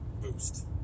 boost